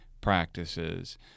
practices